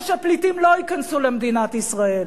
ושפליטים לא ייכנסו למדינת ישראל.